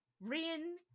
Rin